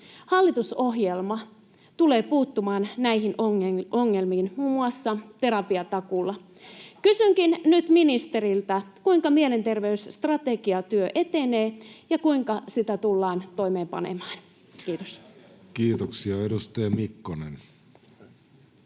Hallitusohjelma tulee puuttumaan näihin ongelmiin muun muassa terapiatakuulla. [Annika Saarikko: Ja leikkaamalla!] Kysynkin nyt ministeriltä: kuinka mielenterveysstrategiatyö etenee, ja kuinka sitä tullaan toimeenpanemaan? — Kiitos. Kiitoksia. — Edustaja Mikkonen.